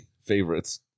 favorites